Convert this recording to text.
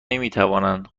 نمیتوانند